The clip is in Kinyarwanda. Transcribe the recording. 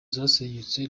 zasenyutse